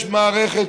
יש מערכת,